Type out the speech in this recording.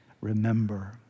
remember